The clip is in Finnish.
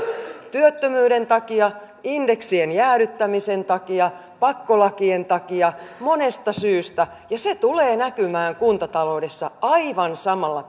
työttömyyden takia indeksien jäädyttämisen takia pakkolakien takia monesta syystä ja se tulee näkymään kuntataloudessa aivan samalla